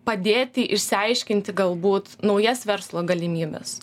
padėti išsiaiškinti galbūt naujas verslo galimybes